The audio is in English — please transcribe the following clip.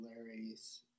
Larry's